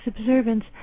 observance